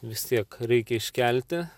vis tiek reikia iškelti